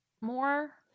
more